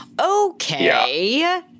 Okay